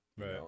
Right